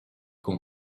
con